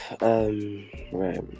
right